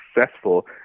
successful